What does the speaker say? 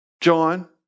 John